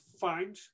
find